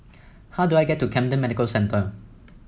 how do I get to Camden Medical Centre